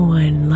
one